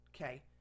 okay